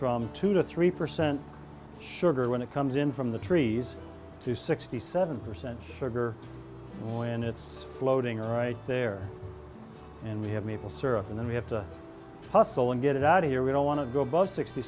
from two to three percent sugar when it comes in from the trees to sixty seven percent sugar when it's floating around there and we have maple syrup and then we have to hustle and get it out here we don't want to go bust sixty